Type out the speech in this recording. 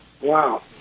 Wow